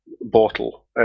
bottle